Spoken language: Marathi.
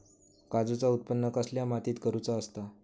काजूचा उत्त्पन कसल्या मातीत करुचा असता?